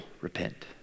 repent